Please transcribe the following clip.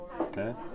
Okay